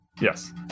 Yes